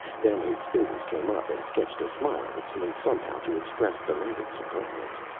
then his fingers came up and sketched a smile that seemed, somehow, to express delighted surprise.